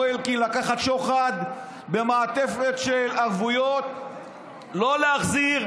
אלקין: לקחת שוחד במעטפת של ערבויות ולא להחזיר.